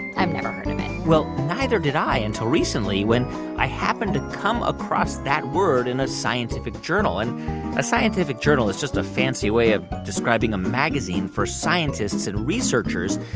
i've never heard of it well, neither did i until recently, when i happened to come across that word in a scientific journal. and a scientific journal is just a fancy way of describing a magazine for scientists and researchers.